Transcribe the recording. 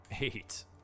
Eight